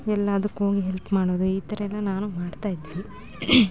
ಎಲ್ಲದಕ್ಕೂ ಹೋಗಿ ಹೆಲ್ಪ್ ಮಾಡೋದು ಈ ಥರ ಎಲ್ಲ ನಾನು ಮಾಡ್ತಾಯಿದ್ದೆ